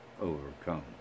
overcome